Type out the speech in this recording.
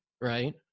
right